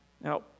Now